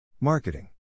Marketing